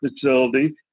facility